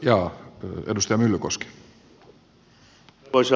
arvoisa herra puhemies